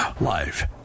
Live